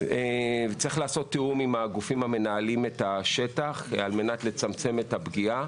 צריך לעשות תיאום עם הגופים שמנהלים את השטח על מנת לצמצם את הפגיעה.